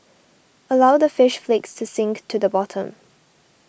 allow the fish flakes to sink to the bottom